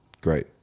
Great